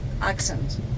accent